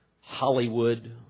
Hollywood